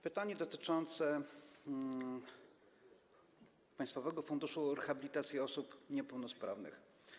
pytanie dotyczące Państwowego Funduszu Rehabilitacji Osób Niepełnosprawnych.